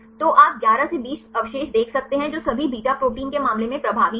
तो आप 11 से 20 अवशेष देख सकते हैं जो सभी बीटा प्रोटीन के मामले में प्रभावी है